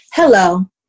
Hello